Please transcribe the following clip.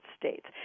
States